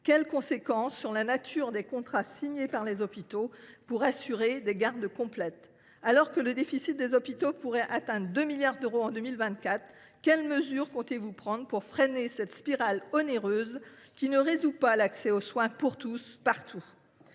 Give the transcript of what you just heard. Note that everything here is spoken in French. t elle eues sur la nature des contrats signés par les hôpitaux pour assurer des gardes complètes ? Alors que le déficit des hôpitaux publics pourrait atteindre 2 milliards d’euros en 2024, quelles mesures comptez vous prendre pour freiner cette spirale onéreuse qui ne permet pas l’accès aux soins pour tous, partout ?